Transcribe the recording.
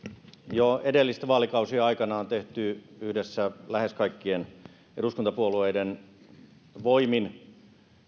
jo edellisten vaalikausien aikana on tehty yhdessä lähes kaikkien eduskuntapuolueiden voimin